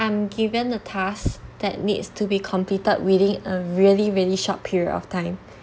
I'm given the task that needs to be completed within a really really short period of time